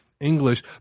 English